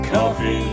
Coffee